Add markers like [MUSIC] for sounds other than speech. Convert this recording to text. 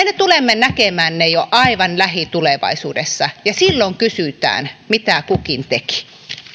[UNINTELLIGIBLE] me tulemme näkemään ne jo aivan lähitulevaisuudessa ja silloin kysytään mitä kukin teki